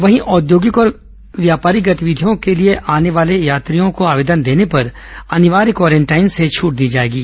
वहीं औद्योगिक और व्यापारिक गतिविधियों के लिए आने वाले यात्रियों को आवेदन देने पर अनिवार्य क्वारेंटीन से छूट दी जा सकती है